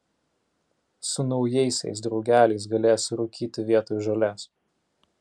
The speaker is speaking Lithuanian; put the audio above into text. su naujaisiais draugeliais galėsi rūkyti vietoj žolės